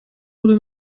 wurde